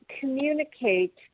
communicate